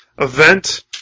event